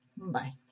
Bye